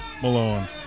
Malone